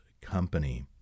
company